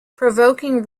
provoking